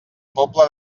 pobla